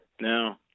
no